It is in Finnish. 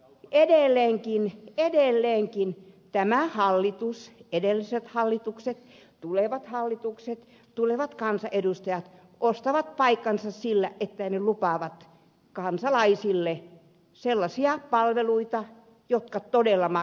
mutta edelleenkin tämä hallitus edelliset hallitukset tulevat hallitukset tulevat kansanedustajat ostavat paikkansa sillä että ne lupaavat kansalaisille sellaisia palveluita jotka todella maksavat